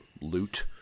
loot